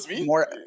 more